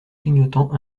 clignotants